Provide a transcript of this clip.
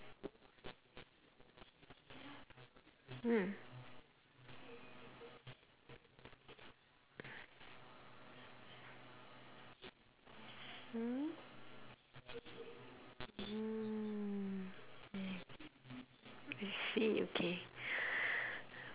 mm hmm mm I see okay